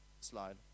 slide